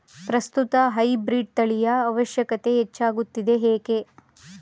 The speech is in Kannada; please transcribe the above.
ಪ್ರಸ್ತುತ ಹೈಬ್ರೀಡ್ ತಳಿಯ ಅವಶ್ಯಕತೆ ಹೆಚ್ಚಾಗುತ್ತಿದೆ ಏಕೆ?